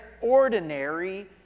ordinary